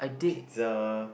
pizza